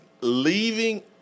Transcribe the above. leaving